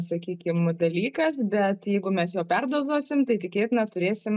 sakykim dalykas bet jeigu mes jo perdozuosim tai tikėtina turėsim